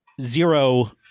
zero